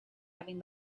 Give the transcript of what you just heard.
having